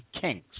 Kings